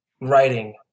writing